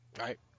right